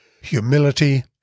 Humility